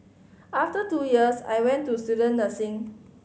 after two years I went to student nursing